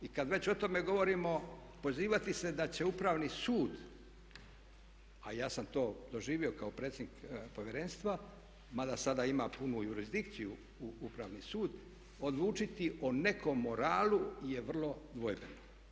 I kad već o tome govorimo pozivati se da će Upravni sud, a ja sam to doživio kao predsjednik Povjerenstva, mada sada ima punu jurisdikciju Upravni sud odlučiti o nekom moralu je vrlo dvojbeno.